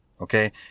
okay